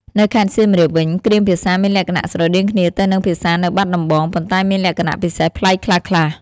នៅខេត្តសៀមរាបវិញ គ្រាមភាសាមានលក្ខណៈស្រដៀងគ្នាទៅនឹងភាសានៅបាត់ដំបង ប៉ុន្តែមានលក្ខណៈពិសេសប្លែកខ្លះៗ។